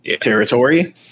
territory